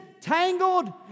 tangled